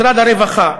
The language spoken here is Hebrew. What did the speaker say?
משרד הרווחה,